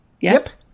Yes